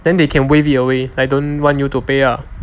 then they can waive it away I don't want you to pay lah